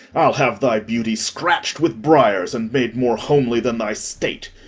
i'll have thy beauty scratch'd with briers, and made more homely than thy state.